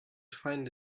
find